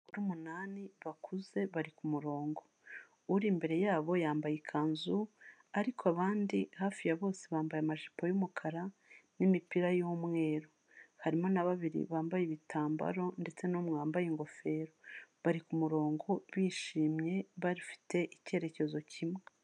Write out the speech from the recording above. Abagore umunani bakuze bari kumurongo, uri imbere yabo yambaye ikanzu, ariko abandi hafi ya bose bambaye amajipo y'umukara n'imipira y'umweru, harimo na babiri bambaye ibitambaro ndetse umwe wambaye ingofero bari kumurongo bishimye, bafite icyerekezo kimwe.